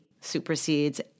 supersedes